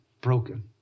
broken